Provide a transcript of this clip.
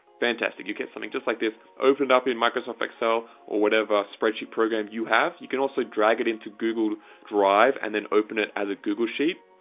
fantastic you get something just like this opened up in microsoft excel or whatever spreadsheet program you have. you can also drag it into google drive and then open it as google sheet.